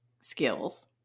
skills